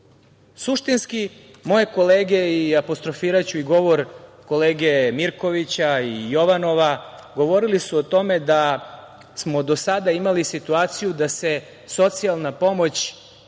egzistenciju. Moje kolege, apostrofiraću i govor kolege Mirkovića i Jovanova, govorile su o tome da smo do sada imali situaciju da se socijalna pomoć